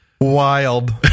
Wild